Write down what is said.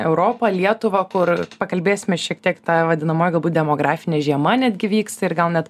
europą lietuvą kur pakalbėsime šiek tiek ta vadinamoji galbūt demografinė žiema netgi vyksta ir gal net